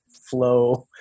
flow